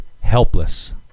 helpless